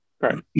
right